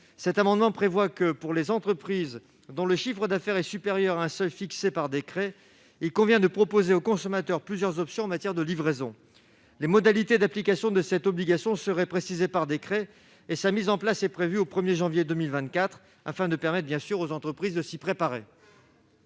souhaitons donc que les entreprises dont le chiffre d'affaires est supérieur à un seuil fixé par décret proposent au consommateur plusieurs options en matière de livraison. Les modalités d'application de cette obligation seraient précisées par décret et sa mise en place est prévue au 1 janvier 2024, afin de permettre aux entreprises de s'y préparer.